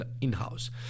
in-house